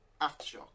Aftershock